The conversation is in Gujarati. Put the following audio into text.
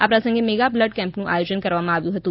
આ પ્રસંગે મેગા બ્લડ કેમ્પનું આયોજન કરવામાં આવ્યું હતું